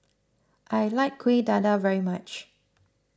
I like Kuih Dadar very much